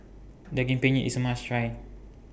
Daging Penyet IS A must Try